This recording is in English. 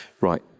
Right